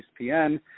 ESPN